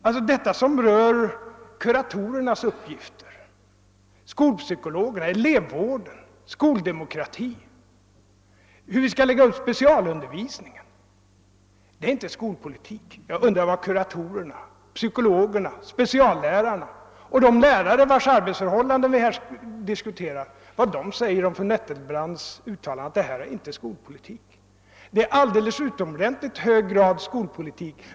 Allt detta som rör kuratorernas uppgifter, skolpsykologerna, elevvården, skoldemokratin och hur specialundervisningen skall läggas upp är alltså inte skolpolitik. Jag undrar vad kuratorerna, psykologerna, speciallärarna och de övriga lärare, vilkas arbetsförhållanden det här gäller, säger om fru Nettelbrandts uttalande att detta inte är skolpolitik. Det är ju i utomordentligt hög grad skolpolitik.